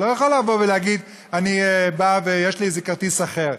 אתה לא יכול לבוא ולהגיד: אני בא ויש לי איזה כרטיס אחר.